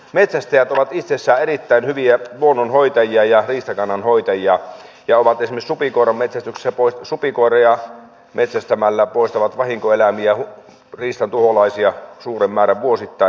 metsästäjät ovat itsessään erittäin hyviä luonnon hoitajia ja riistakannan hoitajia ja ovat esimerkiksi supikoiria metsästämällä poistaneet vahinkoeläimiä riistan tuholaisia suuren määrän vuosittain